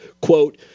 quote